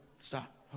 Stop